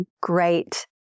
great